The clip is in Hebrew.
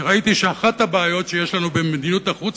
כי ראיתי שאחת הבעיות שיש לנו במדיניות החוץ,